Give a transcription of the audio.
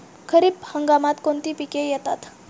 खरीप हंगामात कोणती पिके येतात?